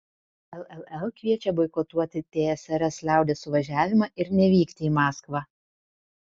lll kviečia boikotuoti tsrs liaudies suvažiavimą ir nevykti į maskvą